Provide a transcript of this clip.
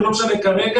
זה לא משנה כרגע,